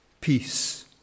peace